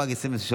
התשפ"ג 2023,